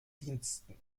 diensten